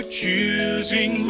choosing